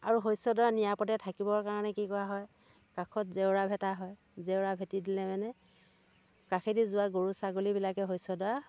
আৰু শস্য়ডৰা নিৰাপদে থাকিবৰ কাৰণে কি কৰা হয় কাষত জেওৰা ভেটা হয় জেওৰা ভেটি দিলে মানে কাষেদি যোৱা গৰু ছাগলীবিলাকে শস্য়ডৰা